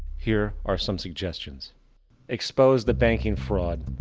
here are some suggestions expose the banking fraud.